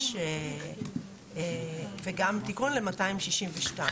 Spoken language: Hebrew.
וגם תיקון ל-262.